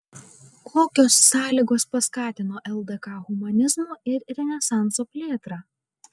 kokios sąlygos paskatino ldk humanizmo ir renesanso plėtrą